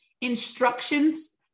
instructions